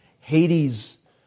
Hades